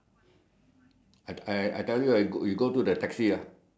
is a re~ is a retail lah we put retail lah